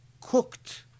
cooked